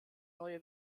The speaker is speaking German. neue